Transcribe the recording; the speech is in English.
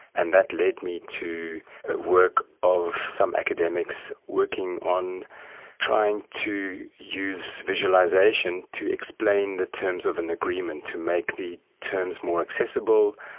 and that led me to the work of some academics working on trying to use visualisation to explain the terms of an agreement, to make the terms more accessible.